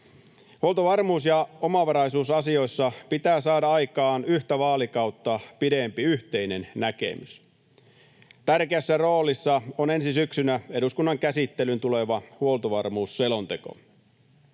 Huoltovarmuus- ja omavaraisuusasioissa pitää saada aikaan yhtä vaalikautta pidempi yhteinen näkemys. Tärkeässä roolissa on ensi syksynä eduskunnan käsittelyyn tuleva huoltovarmuusselonteko.